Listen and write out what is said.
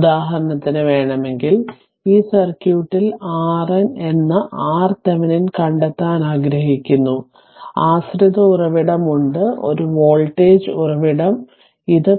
ഉദാഹരണത്തിന് വേണമെങ്കിൽ ഈ സർക്യൂട്ടിൽ RN എന്ന RThevenin കണ്ടെത്താനാഗ്രഹിക്കുന്നു ആശ്രിത ഉറവിടം ഉണ്ട് ഒരു വോൾട്ടേജ് ഉറവിടം ഇത്